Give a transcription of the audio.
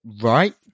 right